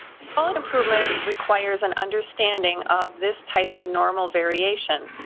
quality improvement requires an understanding of this type of normal variation.